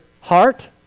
heart